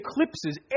eclipses